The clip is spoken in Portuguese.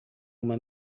uma